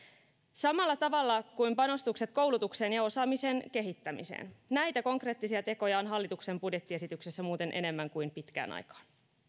samalla tavalla kuin panostukset koulutukseen ja osaamisen kehittämiseen näitä konkreettisia tekoja on hallituksen budjettiesityksessä muuten enemmän kuin pitkään